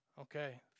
Okay